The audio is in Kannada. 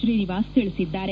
ಶ್ರೀನಿವಾಸ್ ತಿಳಿಸಿದ್ದಾರೆ